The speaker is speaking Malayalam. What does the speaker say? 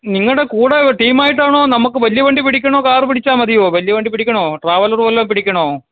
നിങ്ങളുടെ കൂടെ ഒര് ടീമായിട്ടാണോ നമുക്ക് വലിയ വണ്ടി പിടിക്കണോ കാറ് പിടിച്ചാൽ മതിയോ വലിയ വണ്ടി പിടിക്കണോ ട്രാവലറ് വല്ലതും പിടിക്കണോ